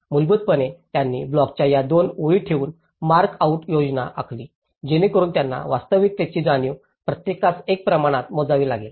मूलभूतपणे त्यांनी ब्लॉकच्या या दोन ओळी ठेवून मार्क आउट योजना आखली जेणेकरून त्यांना वास्तविकतेची जाणीव प्रत्येकास एका प्रमाणात मोजावी लागेल